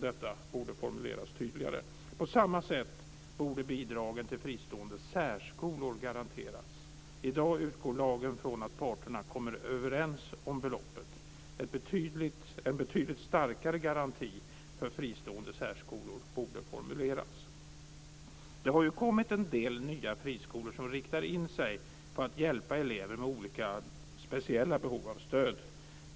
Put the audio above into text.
Detta borde formuleras tydligare. På samma sätt borde bidragen till fristående särskolor garanteras. I dag utgår lagen från att parterna kommer överens om beloppet. En betydligt starkare garanti för fristående särskolor borde formuleras. Det har kommit en del nya friskolor som riktar in sig på att hjälpa elever med olika speciella behov av stöd,